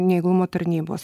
neįgalumo tarnybos